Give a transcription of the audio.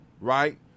right